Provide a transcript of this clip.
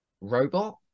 Robot